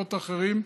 ובמקומות אחרים.